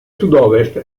sudovest